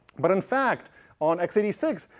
but in fact on x eight six,